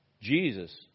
Jesus